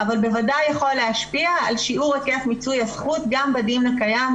אבל בוודאי יכול להשפיע על שיעור מיצוי הזכות גם בדין הקיים,